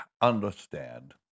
understand